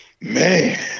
Man